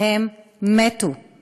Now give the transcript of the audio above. והם מתו";